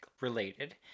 related